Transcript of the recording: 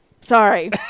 Sorry